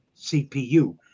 CPU